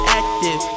active